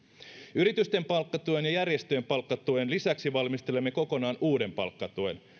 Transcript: yritysten palkkatuen ja järjestöjen palkkatuen lisäksi valmistelemme kokonaan uuden palkkatuen